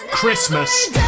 Christmas